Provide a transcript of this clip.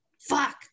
Fuck